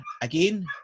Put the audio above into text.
again